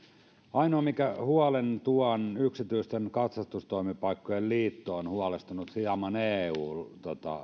ainoa huoli minkä tuon yksityisten katsastustoimipaikkojen liitto on huolestunut hieman eu